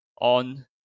on